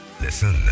Listen